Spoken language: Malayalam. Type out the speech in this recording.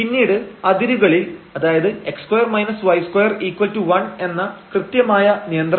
പിന്നീട് അതിരുകളിൽ അതായത് x2 y21 എന്ന കൃത്യമായ നിയന്ത്രണത്തിൽ